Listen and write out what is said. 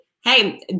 Hey